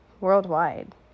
worldwide